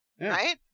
right